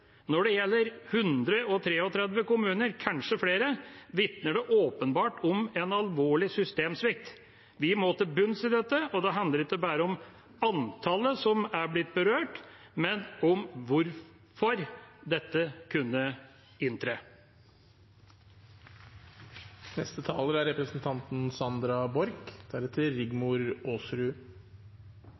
Når det gjelder 133 kommuner, kanskje flere, vitner det åpenbart om en alvorlig systemsvikt. Vi må til bunns i dette, og det handler ikke bare om antallet som er blitt berørt, men om hvorfor dette kunne